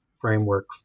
framework